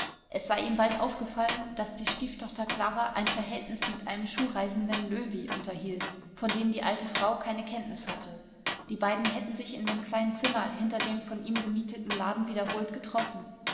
es sei ihm bald aufgefallen daß die stieftochter klara ein verhältnis mit einem schuhreisenden löwy unterhielt von dem die alte frau keine kenntnis hatte die beiden hätten sich in dem kleinen zimmer hinter dem von ihm gemieteten laden wiederholt getroffen